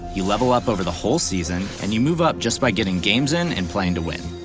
you level up over the whole season and you move up just by getting games in and playing to win.